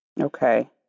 Okay